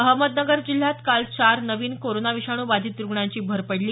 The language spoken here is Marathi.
अहमदनगर जिल्ह्यात काल चार नवीन कोरोना विषाणू बाधित रुग्णांची भर पडली